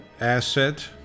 asset